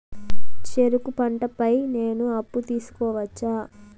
చెరుకు పంట పై నేను అప్పు తీసుకోవచ్చా?